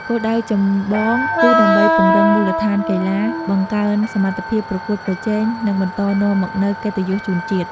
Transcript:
គោលដៅចម្បងគឺដើម្បីពង្រឹងមូលដ្ឋានកីឡា បង្កើនសមត្ថភាពប្រកួតប្រជែង និងបន្តនាំមកនូវកិត្តិយសជូនជាតិ ។